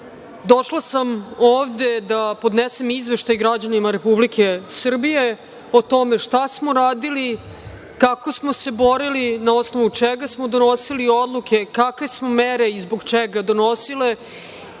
ovome. Došla sam ovde da podnesem izveštaj građanima Republike Srbije o tome šta smo radili, kako smo se borili, na osnovu čega smo donosili odluke, kakve smo mere i zbog čega donosili